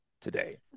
today